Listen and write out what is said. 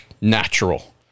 natural